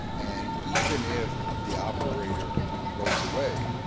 and even if the operator goes away,